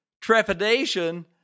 trepidation